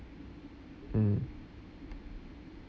mm